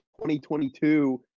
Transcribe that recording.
2022